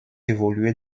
évolué